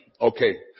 Okay